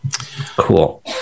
Cool